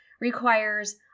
requires